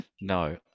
No